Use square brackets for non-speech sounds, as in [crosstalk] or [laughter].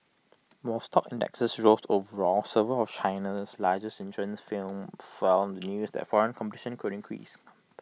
while stock indexes rose overall several of China's largest insurance firms fell [unintelligible] the news that foreign competition could increase